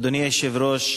אדוני היושב-ראש,